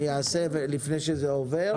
אני אעשה לפני שזה עובר.